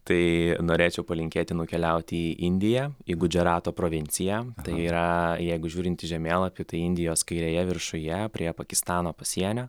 tai norėčiau palinkėti nukeliauti į indiją į gudžerato provinciją tai yra jeigu žiūrint į žemėlapį tai indijos kairėje viršuje prie pakistano pasienio